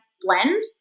blend